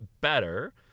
better